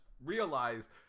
realized